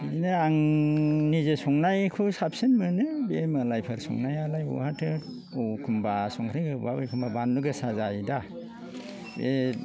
बिदिनो आं निजे संनायखौ साबसिन मोनो बे मालायफोर संनायालाय बहाथो एखमबा संख्रि गोबाब एखमबा बानलु गोसा जायो दा बे